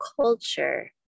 culture